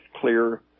clear